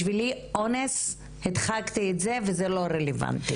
בשבילי אונס הדחקתי את זה וזה לא רלוונטי.